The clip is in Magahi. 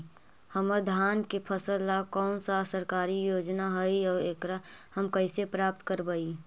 हमर धान के फ़सल ला कौन सा सरकारी योजना हई और एकरा हम कैसे प्राप्त करबई?